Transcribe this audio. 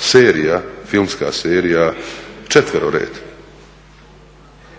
serija, filmska serija Četverored.